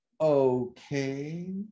okay